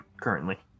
currently